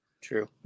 True